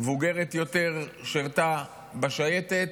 מבוגרת יותר, שירתה בשייטת,